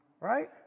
Right